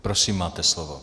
Prosím, máte slovo.